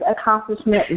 accomplishment